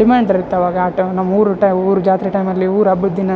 demand ಬರ್ತವ ಆಗ ಆ ಟೈಮ್ ನಮ್ಮ ಊರು ಊಟ ಊರು ಜಾತ್ರೆ ಟೈಮಲ್ಲಿ ಉರು ಹಬ್ಬದ ದಿನ